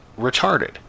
retarded